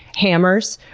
hammers,